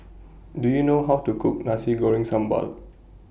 Do YOU know How to Cook Nasi Goreng Sambal